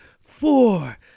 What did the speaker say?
four